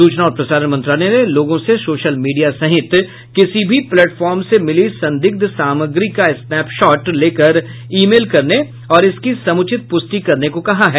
सूचना और प्रसारण मंत्रालय ने लोगों से सोशल मीडिया सहित किसी भी प्लेटफार्म से मिली संदिग्ध सामग्री का स्नैपशॉट लेकर ई मेल करने और इसकी समुचित पुष्टि करने को कहा है